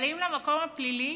אבל האם למקום הפלילי